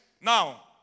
Now